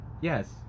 Yes